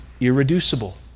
irreducible